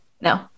no